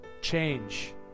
change